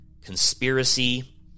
conspiracy